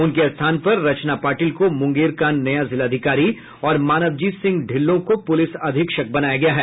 उनके स्थान रचना पाटिल को मूंगेर की नया जिलाधिकारी और मानवजीत सिंह ढिल्लो को पुलिस अधीक्षक बनाया गया है